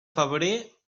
febrer